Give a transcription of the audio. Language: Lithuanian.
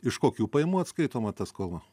iš kokių pajamų atskaitoma ta skola